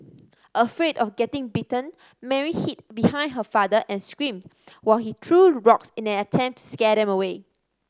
afraid of getting bitten Mary hid behind her father and screamed while he threw rocks in an attempt to scare them away